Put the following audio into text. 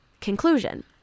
Conclusion